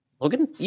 Logan